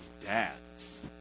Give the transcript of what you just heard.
dads